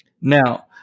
Now